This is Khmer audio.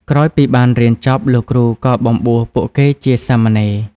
ក្រោយពីបានរៀនចប់ លោកគ្រូក៏បំបួសពួកគេជាសាមណេរ។